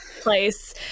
place